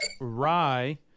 rye